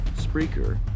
Spreaker